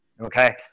okay